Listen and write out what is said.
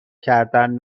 کردن